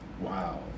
Wow